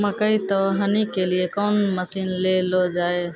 मकई तो हनी के लिए कौन मसीन ले लो जाए?